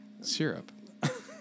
syrup